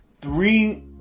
three